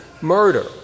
murder